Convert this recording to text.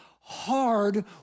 hard